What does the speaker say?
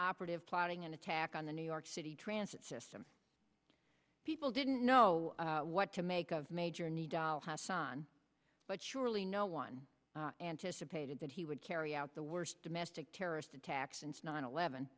operative plotting an attack on the new york city transit system people didn't know what to make of major nidal hasan but surely no one anticipated that he would carry out the worst domestic terrorist attack since nine eleven